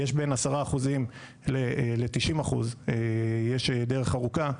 בין 10% ל-90% יש דרך ארוכה,